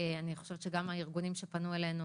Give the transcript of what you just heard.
אני חושבת שגם הארגונים שפנו אלינו